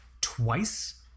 twice